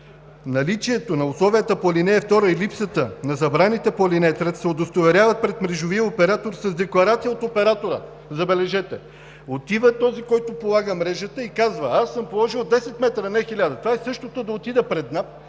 „Наличието на условията по ал. 2 и липсата на забраните по ал. 3 се удостоверява пред мрежовия оператор с декларация от оператора…“. Забележете, отива този, който полага мрежата и казва: „Аз съм положил 10 метра, а не 1000.“ Това е същото да отида пред НАП,